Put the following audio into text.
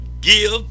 give